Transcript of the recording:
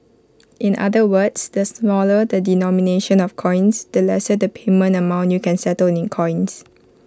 in other words the smaller the denomination of coins the lesser the payment amount you can settle in coins